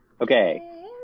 Okay